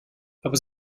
aber